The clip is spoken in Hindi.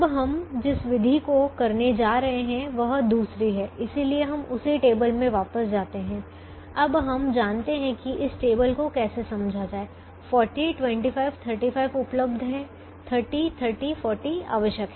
अब हम जिस विधि को करने जा रहे हैं वह दूसरी है इसलिए हम उसी टेबल में वापस जाते हैं अब हम जानते हैं कि इस टेबल को कैसे समझा जाए 40 25 35 उपलब्ध हैं 30 30 40 आवश्यक हैं